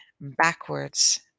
backwards